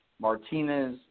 Martinez